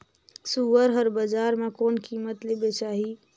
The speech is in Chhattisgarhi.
सुअर हर बजार मां कोन कीमत ले बेचाही?